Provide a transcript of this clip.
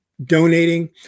donating